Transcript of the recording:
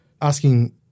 asking